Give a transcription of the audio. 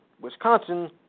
Wisconsin